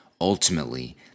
Ultimately